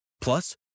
Plus